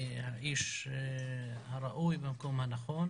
האיש הראוי במקום הנכון.